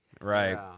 right